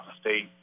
state